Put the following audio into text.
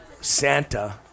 Santa